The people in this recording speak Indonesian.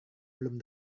belum